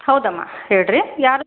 ಹೌದಮ್ಮ ಹೇಳಿರಿ ಯಾರು